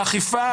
האכיפה,